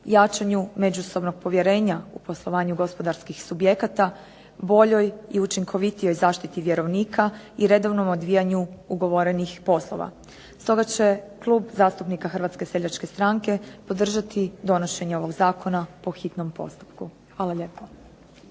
jačanju međusobnog povjerenja u poslovanju gospodarskih subjekata, boljoj i učinkovitijoj zaštiti vjerovnika i redovnom odvijanju ugovorenih poslova. Stoga će Klub zastupnika Hrvatske seljačke stranke podržati donošenje ovog zakona po hitnom postupku. Hvala lijepo.